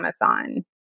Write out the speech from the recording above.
Amazon